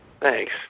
Thanks